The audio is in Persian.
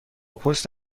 پست